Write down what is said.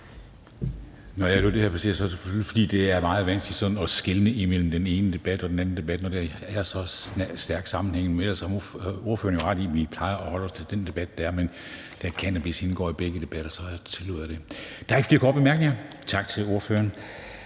Når jeg lod det her passere, er det selvfølgelig, fordi det er meget vanskeligt sådan at skelne imellem den ene debat og den anden debat, når der er så stærk en sammenhæng. Men ellers har ordføreren jo ret i, at vi plejer at holde os til den debat, der er. Men da cannabis indgik i begge debatter, tillod jeg det. Der er ikke flere korte bemærkninger. Tak til ordføreren.